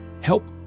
help